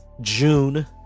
June